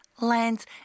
lands